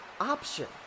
option